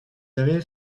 avez